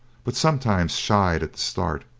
but sometimes shied at the start,